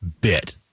bit